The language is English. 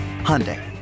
Hyundai